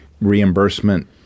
Reimbursement